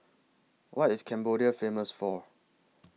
What IS Cambodia Famous For